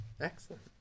Excellent